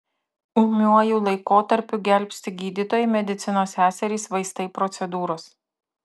ūmiuoju laikotarpiu gelbsti gydytojai medicinos seserys vaistai procedūros